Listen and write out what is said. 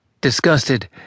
Disgusted